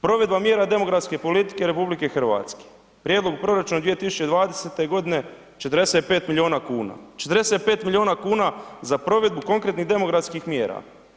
Provedba mjera demografske politike RH, prijedlog u proračunu 2020. godine 45 miliona kuna, 45 miliona kuna za provedbu konkretnih demografskih mjera.